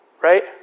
Right